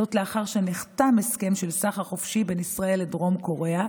זאת לאחר שנחתם הסכם של סחר חופשי בין ישראל לדרום קוריאה,